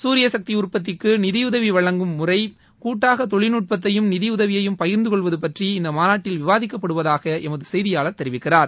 சூரியசக்தி உற்பத்திக்கு நிதியுதவி வழங்கும் முறை கூட்டாக தொழில்நுட்பத்தையும் நிதியுதவியையும் பகிா்ந்தகொள்வது பற்றி இந்த மாநாட்டில் விவாதிக்க்ப்படுவதாக எமது செய்தியாளர் தெரிவிக்கிறார்